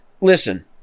Listen